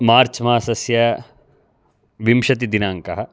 मार्च् मासस्य विंशतिदिनाङ्कः